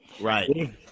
Right